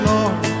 Lord